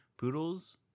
Poodles